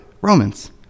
Romans